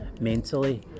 mentally